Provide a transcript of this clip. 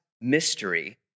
mystery